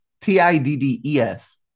T-I-D-D-E-S